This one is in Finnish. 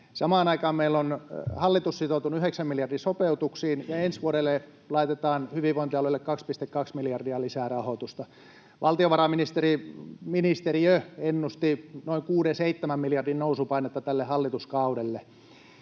Samaan aikaan meillä on hallitus sitoutunut yhdeksän miljardin sopeutuksiin, ja ensi vuodelle laitetaan hyvinvointialueille 2,2 miljardia lisää rahoitusta. Valtiovarainministeriö ennusti noin 6—7 miljardin nousupainetta tälle hallituskaudelle.